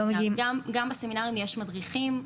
גם בסמינרים יש מדריכים,